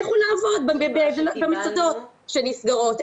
לכו לעבוד במסעדות שנסגרו.